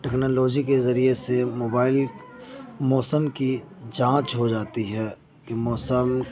technology کے ذریعے سے موبائل موسم کی جانچ ہو جاتی ہے کہ موسم